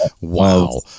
Wow